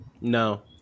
No